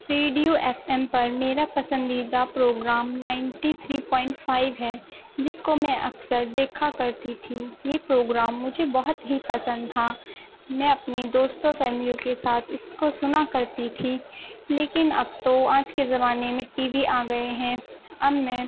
radio F M پر میرا پسندیدہ programme ninety three point five ہے جس کو میں اکثر دیکھا کرتی تھی یہ پروگرام مجھے بہت ہی پسند تھا میں اپنے دوستوں فیملیوں کے ساتھ اِس کو سُنا کرتی تھی لیکن اب تو آج کے زمانے میں ٹی وی آ گئے ہیں اب میں